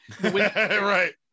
right